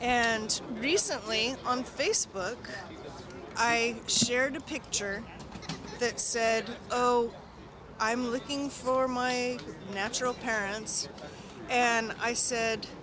and recently on facebook i shared a picture that said oh i'm looking for my natural parents and i said